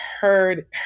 heard